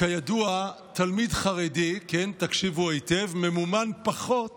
כידוע, תלמיד חרדי, תקשיבו היטב, ממומן פחות